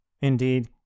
indeed